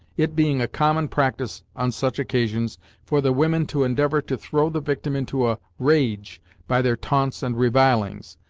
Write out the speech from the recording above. it being a common practice on such occasions for the women to endeavor to throw the victim into a rage by their taunts and revilings,